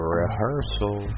rehearsal